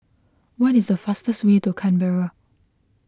what is the fastest way to Canberra